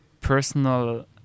personal